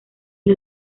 los